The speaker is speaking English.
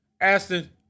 Aston